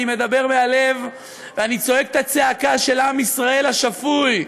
אני מדבר מהלב ואני צועק את הצעקה של עם ישראל השפוי,